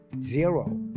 zero